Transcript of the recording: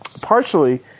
partially